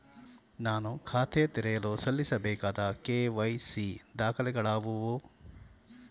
ನಾನು ಖಾತೆ ತೆರೆಯಲು ಸಲ್ಲಿಸಬೇಕಾದ ಕೆ.ವೈ.ಸಿ ದಾಖಲೆಗಳಾವವು?